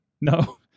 No